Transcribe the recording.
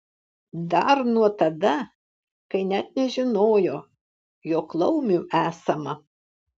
dar nuo tada kai net nežinojo jog laumių esama